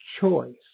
choice